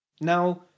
Now